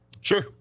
Sure